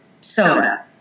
soda